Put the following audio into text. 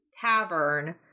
tavern